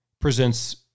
presents